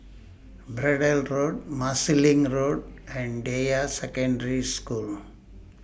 Braddell Road Marsiling Road and Deyi Secondary School